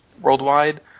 worldwide